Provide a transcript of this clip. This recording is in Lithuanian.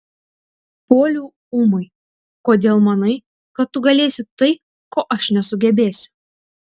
puoliau ūmai kodėl manai kad tu galėsi tai ko aš nesugebėsiu